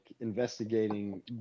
investigating